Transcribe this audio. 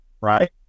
right